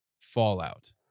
Fallout